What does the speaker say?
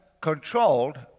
controlled